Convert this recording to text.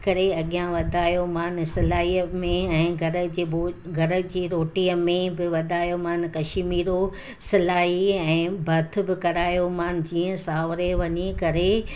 करे अॻियां वधायो मान सिलाईअ में ऐं घर जे ॿो घर जे रोटीअ में बि वधायो मान कशमिरो सिलाई ऐं भर्थ बि करायो मान जीअं सावरे वञी करे